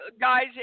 guys